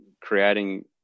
creating